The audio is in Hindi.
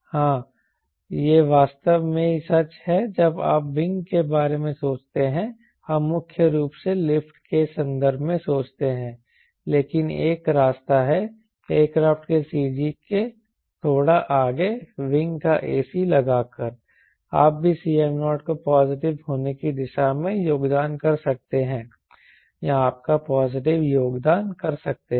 हां यह वास्तव में सच है जब आप विंग के बारे में सोचते हैं हम मुख्य रूप से लिफ्ट के संदर्भ में सोचते हैं लेकिन एक रास्ता है एयरक्राफ्ट के CG के थोड़ा आगे विंग का ac लगाकर आप भी Cm0 के पॉजिटिव होने की दिशा में योगदान कर सकते हैं या आपका पॉजिटिव योगदान कर सकते हैं